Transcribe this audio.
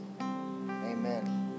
Amen